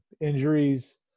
Injuries